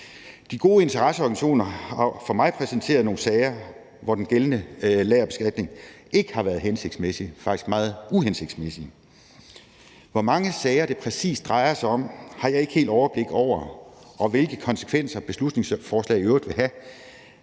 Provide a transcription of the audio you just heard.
De gode interesseorganisationer har over for mig præsenteret nogle sager, hvor den gældende lagerbeskatning ikke har været hensigtsmæssig, faktisk meget uhensigtsmæssig. Hvor mange sager det præcis drejer sig om, har jeg ikke overblik over, og heller ikke over, hvilke konsekvenser beslutningsforslaget i øvrigt vil have.